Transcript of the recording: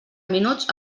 minuts